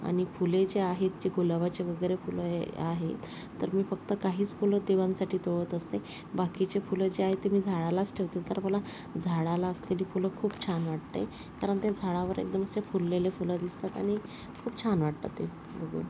आणि फुले जी आहेत जी गुलाबाची वगैरे फुले आहे तर मी फक्त काहीच फुलं देवांसाठी तोडत असते बाकीची फुलं जी आहेत ती मी झाडालाच ठेवते तर मला झाडाला असलेली फुलं खूप छान वाटते कारण ते झाडावर एकदम असे फुललेले फुलं दिसतात आणि खूप छान वाटतं ते बघून